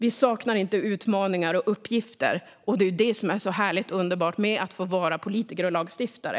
Vi saknar inte utmaningar och uppgifter, och det är ju det som är så härligt och underbart med att få vara politiker och lagstiftare.